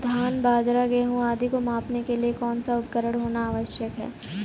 धान बाजरा गेहूँ आदि को मापने के लिए कौन सा उपकरण होना आवश्यक है?